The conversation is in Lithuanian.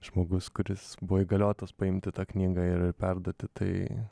žmogus kuris buvo įgaliotas paimti tą knygą ir perduoti tai